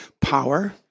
Power